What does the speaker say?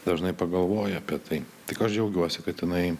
dažnai pagalvoju apie tai tik aš džiaugiuosi kad jinai